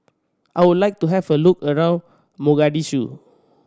I would like to have a look around Mogadishu